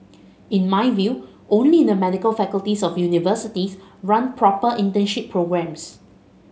in my view only the medical faculties of universities run proper internship programmes